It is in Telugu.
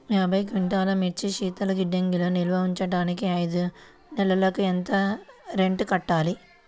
యాభై క్వింటాల్లు మిర్చి శీతల గిడ్డంగిలో నిల్వ ఉంచటానికి ఐదు నెలలకి ఎంత రెంట్ కట్టాలి?